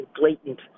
blatant